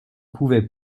pouvait